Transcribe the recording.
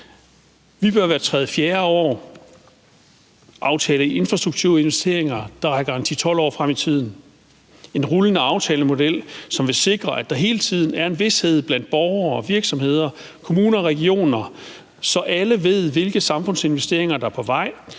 Vi bør hvert tredje-fjerde år aftale infrastrukturinvesteringer, der rækker 10-12 år frem i tiden, en rullende aftalemodel, som vil sikre, at der hele tiden er en vished blandt borgere og virksomheder, kommuner og regioner, så alle ved, hvilke samfundsinvesteringer der er på vej,